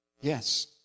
yes